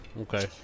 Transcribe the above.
Okay